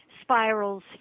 spirals